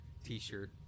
t-shirt